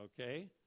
okay